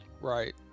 Right